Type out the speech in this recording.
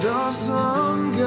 awesome